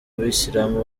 abasilamu